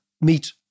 meet